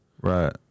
Right